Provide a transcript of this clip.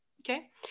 Okay